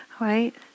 right